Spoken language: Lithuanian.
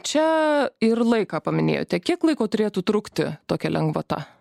čia ir laiką paminėjote kiek laiko turėtų trukti tokia lengvata